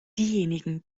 diejenigen